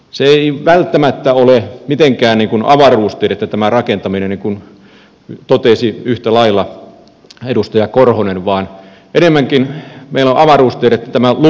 se ei välttämättä ole mitenkään niin kuin avaruustiedettä tämä rakentaminen niin kuin totesi yhtä lailla edustaja korhonen vaan enemmänkin meillä on avaruustiedettä tämä lupien saanti